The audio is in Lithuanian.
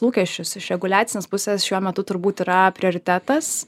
lūkesčius iš reguliacinės pusės šiuo metu turbūt yra prioritetas